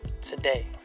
Today